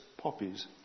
poppies